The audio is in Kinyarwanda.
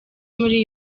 muri